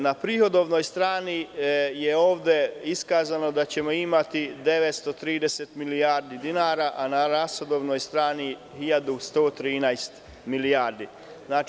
Na prihodovnoj strani je iskazano da ćemo imati 930 milijardi dinara, a na rashodnoj strani 1.113 milijardi dinara.